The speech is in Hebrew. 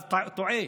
טועה.